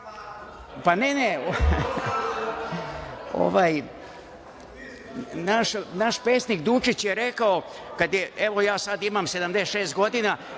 vam.)Ne, ne. Naš pesnik Dučić je rekao, ja sada imam 76 godina,